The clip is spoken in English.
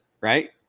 right